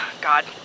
God